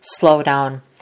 slowdown